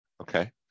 Okay